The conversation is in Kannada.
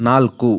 ನಾಲ್ಕು